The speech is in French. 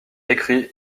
écrit